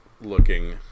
looking